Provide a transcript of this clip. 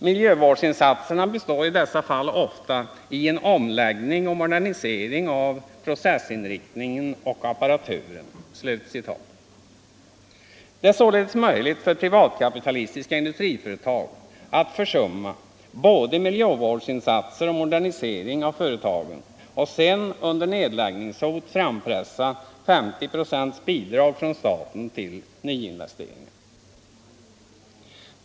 Miljövårdsinsatserna består i dessa fall ofta i en omläggning och modernisering av processinriktningen och apparaturen.” Det är således möjligt för privatkapitalistiska industriföretag att försumma både miljövårdsinsatser och modernisering av företagen och sedan under nedläggningshot frampressa 50 procents bidrag från staten till nyinvesteringar.